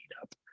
up